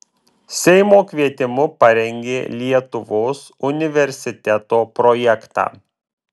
seimo kvietimu parengė lietuvos universiteto projektą